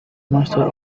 master